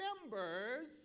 members